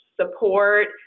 support